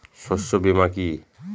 শস্য বীমা কি?